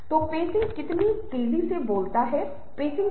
इसलिए यह प्रासंगिक है कि हम इसे उदारतापूर्वक अलग अलग समय पर उठाएंगे